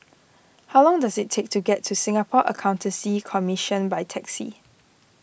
how long does it take to get to Singapore Accountancy Commission by taxi